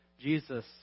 Jesus